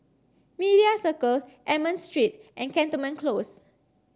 Media Circle Almond Street and Cantonment Close